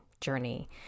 journey